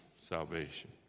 salvation